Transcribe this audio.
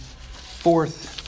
fourth